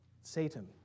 Satan